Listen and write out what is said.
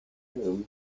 whom